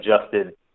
adjusted